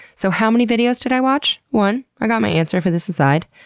so how many videos did i watch? one, ah got my answer for this aside,